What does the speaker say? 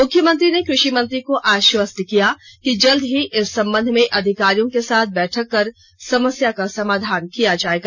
मुख्यमंत्री ने कृषिमंत्री को आष्वस्त किया कि जल्द ही इस संबंध में अधिकारियों के साथ बैठक कर समस्या का समाधान किया जायेगा